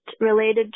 related